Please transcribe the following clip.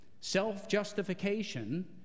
Self-justification